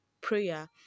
prayer